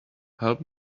help